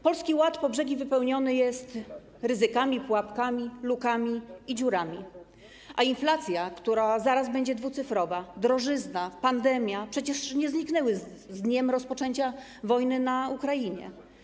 Polski Ład po brzegi wypełniony jest ryzykami, pułapkami, lukami i dziurami, a inflacja, która zaraz będzie dwucyfrowa, drożyzna, pandemia przecież nie zniknęły z dniem rozpoczęcia wojny na Ukrainie.